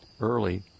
early